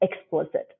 explicit